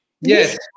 yes